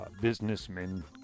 businessmen